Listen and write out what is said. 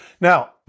Now